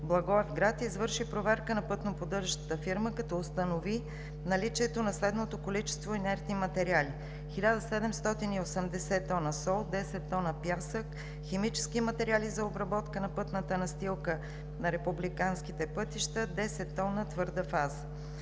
Благоевград, извърши проверка на пътно-поддържащата фирма, като установи наличието на следното количество инертни материали: 1780 тона сол, 10 тона пясък, химически материали за обработка на пътната настилка на републиканските пътища, 10 тона твърда фаза.